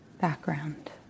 background